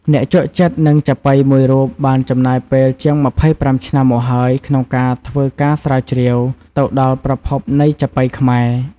អ្នកជក់ចិត្តនឹងចាប៉ីមួយរូប បានចំណាយពេលជាង ២៥ ឆ្នាំមកហើយ ក្នុងការធ្វើការស្រាវជ្រាវទៅដល់ប្រភពនៃចាប៉ីខ្មែរ។